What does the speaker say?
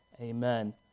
amen